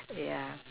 yeah